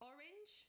Orange